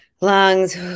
Lungs